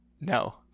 No